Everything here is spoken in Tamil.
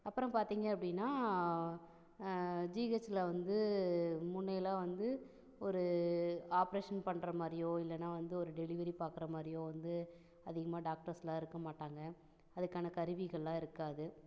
அப்புறம் பார்த்திங்க அப்படினா ஜிஹெச்ல வந்து முன்னே எல்லாம் வந்து ஒரு ஆப்ரேஷன் பண்ணுற மாதிரியோ இல்லைனா வந்து ஒரு டெலிவரி பார்க்குற மாதிரியோ வந்து அதிகமாக டாக்டர்ஸ்லாம் இருக்க மாட்டாங்க அதற்கான கருவிகள்லாம் இருக்காது